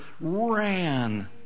ran